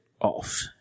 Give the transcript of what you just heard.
off